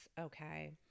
Okay